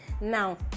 now